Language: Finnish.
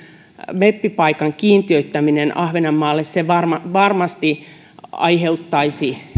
meppipaikan kiintiöittäminen ahvenanmaalle varmasti varmasti aiheuttaisi